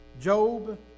Job